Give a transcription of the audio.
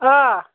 آ